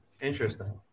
Interesting